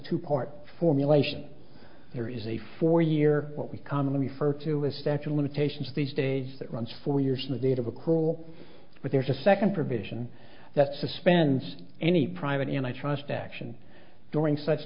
two part formulation there is a four year what we commonly refer to as statue of limitations these days that runs for years in the date of a quarrel but there's a second provision that suspends any private and i trust action during such